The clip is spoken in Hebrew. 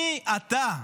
מי אתה?